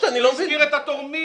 הוא הזכיר את התורמים.